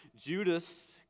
Judas